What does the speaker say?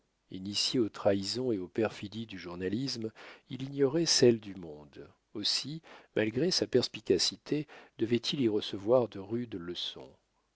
initié aux trahisons et aux perfidies du journalisme il ignorait celles du monde aussi malgré sa perspicacité devait-il recevoir de rudes leçons